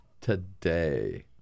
today